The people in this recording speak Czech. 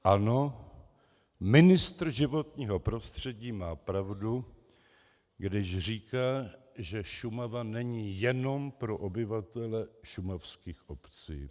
Ano, ministr životního prostředí má pravdu, když říká, že Šumava není jenom pro obyvatele šumavských obcí.